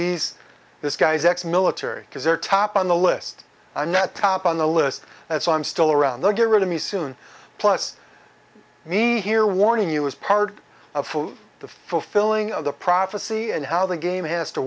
disease this guys ex military because they're top on the list i'm not top on the list as i'm still around they'll get rid of me soon plus me here warning you as part of the fulfilling of the prophecy and how the game has to